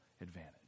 advantage